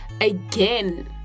again